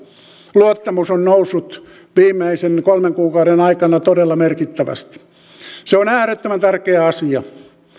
luottamus on noussut viimeisten kolmen kuukauden aikana todella merkittävästi se on äärettömän tärkeä asia